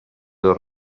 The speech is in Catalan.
dels